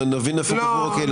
נבין איפה קבור הכלב.